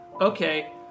Okay